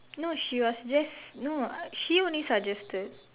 no she was just no she only suggested